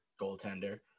goaltender